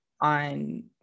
on